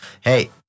Hey